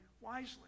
wisely